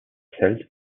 hält